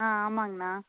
ஆ ஆமாங்கண்ணா